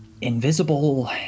Invisible